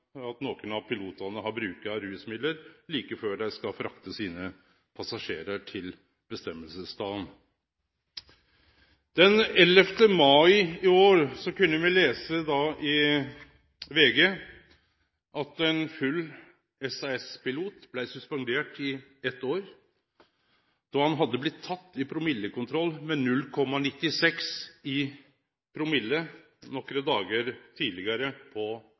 at nokon av pilotane har brukt rusmiddel like før dei skal frakte passasjerane til staden dei skal til. Den 11. mai i år kunne me lese i VG Nett at ein full SAS-pilot blei suspendert i eitt år. Han blei teken i ein promillekontroll med 0,96 i promille nokre dagar tidlegare på